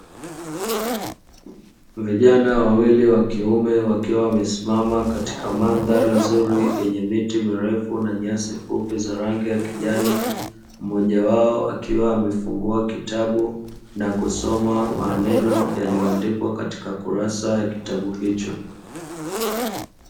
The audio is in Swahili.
Vijana wawili wakiume wakiwa wamesimama katika mandhari nzuri yenye miti mirefu na nyasi fupi za rangi ya kijani, mmoja wao akiwa amefunguwa kitabau na kusoma maneno yaliyoandikwa katika kurasa ya kitabu hicho.